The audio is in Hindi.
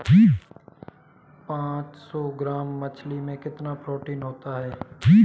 पांच सौ ग्राम मछली में कितना प्रोटीन होता है?